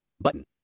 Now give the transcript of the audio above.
button